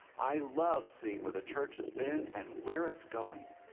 i love seeing where the church has been, and where it's going.